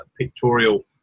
pictorial